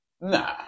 nah